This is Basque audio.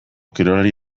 kirolari